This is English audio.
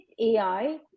AI